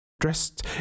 dressed